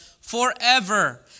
forever